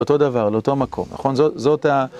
לאותו דבר, לאותו מקום, נכון? זאת ה...